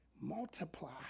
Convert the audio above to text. multiply